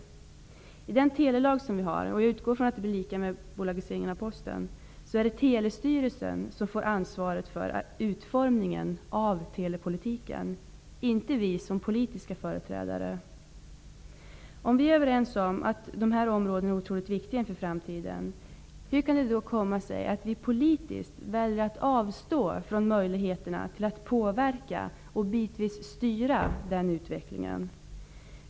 I den telelag vi har -- och jag utgår från att det blir likadant vid en bolagisering av Posten -- är det Telestyrelsen som får ansvaret för utformningen av telepolitiken och inte vi som politiska företrädare. Vi är överens om att dessa områden är otroligt viktiga för framtiden. Hur kan det då komma sig att vi politiskt väljer att avstå från möjligheterna att påverka och bitvis styra utvecklingen?